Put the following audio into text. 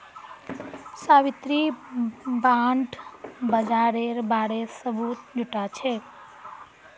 Savitri bond बाजारेर बारे सबूत जुटाछेक